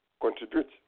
Contribute